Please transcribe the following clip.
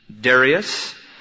Darius